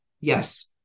yes